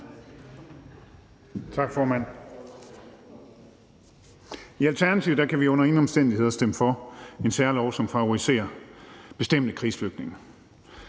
Tak, formand. I Alternativet kan vi under ingen omstændigheder stemme for en særlov, som favoriserer bestemte krigsflygtninge.